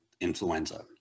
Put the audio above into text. influenza